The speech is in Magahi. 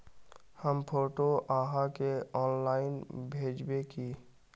हम फोटो आहाँ के ऑनलाइन भेजबे की?